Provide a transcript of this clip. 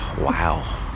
Wow